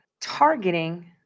targeting